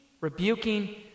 rebuking